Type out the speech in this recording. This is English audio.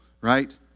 right